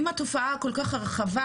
אם התופעה כל כך רחבה,